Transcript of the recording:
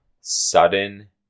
sudden